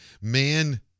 man-